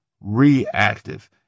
reactive